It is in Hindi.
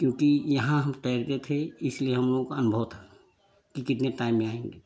क्योंकि यहाँ हम तैरते थे इसलिए हम लोग का अनुभव था कितने टाइम में आएँगे